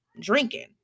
drinking